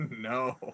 No